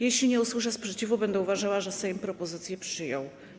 Jeśli nie usłyszę sprzeciwu, będę uważała, że Sejm propozycje przyjął.